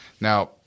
Now